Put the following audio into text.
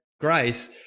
Grace